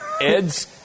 Ed's